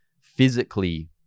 physically